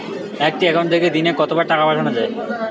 একটি একাউন্ট থেকে দিনে কতবার টাকা পাঠানো য়ায়?